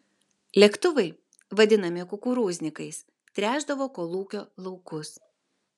lėktuvai vadinami kukurūznikais tręšdavo kolūkio laukus